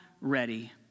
ready